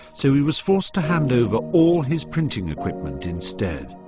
so he was forced to hand over all his printing equipment instead.